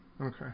okay